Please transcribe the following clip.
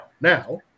now